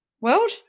world